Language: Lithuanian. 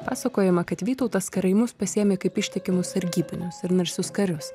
pasakojama kad vytautas karaimus pasiėmė kaip ištikimus sargybinius ir narsius karius